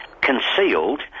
concealed